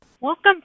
Welcome